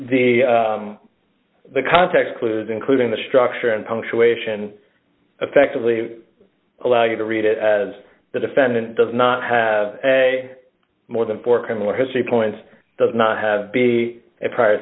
the the context clues including the structure and punctuation effectively allow you to read it as the defendant does not have a more than four criminal history points does not have a prior